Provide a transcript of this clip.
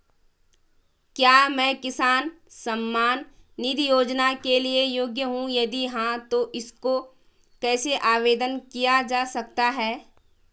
क्या मैं किसान सम्मान निधि योजना के लिए योग्य हूँ यदि हाँ तो इसको कैसे आवेदन किया जा सकता है?